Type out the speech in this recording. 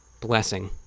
blessing